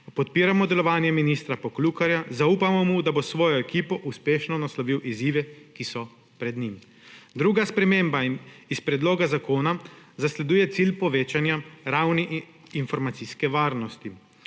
podpiramo delovanje ministra Poklukarja. Zaupamo mu, da bo s svojo ekipo uspešno naslovil izzive, ki so pred njim. Druga sprememba iz predloga zakona zasleduje cilj povečanja ravni informacijske varnosti.